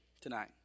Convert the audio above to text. tonight